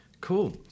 Cool